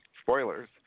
spoilers